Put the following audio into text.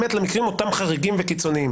באמת לאותם מקרים חריגים וקיצוניים,